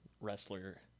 wrestler